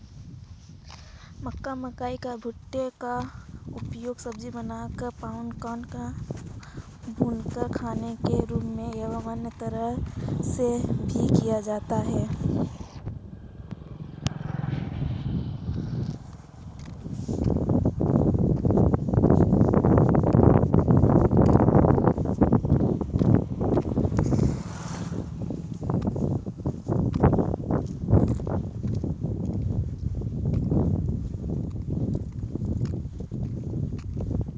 मक्का, मकई या भुट्टे का उपयोग सब्जी बनाकर, पॉपकॉर्न, भूनकर खाने के रूप में एवं अन्य तरह से भी किया जाता है